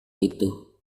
itu